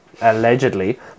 allegedly